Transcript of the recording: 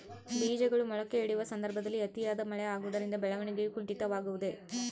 ಬೇಜಗಳು ಮೊಳಕೆಯೊಡೆಯುವ ಸಂದರ್ಭದಲ್ಲಿ ಅತಿಯಾದ ಮಳೆ ಆಗುವುದರಿಂದ ಬೆಳವಣಿಗೆಯು ಕುಂಠಿತವಾಗುವುದೆ?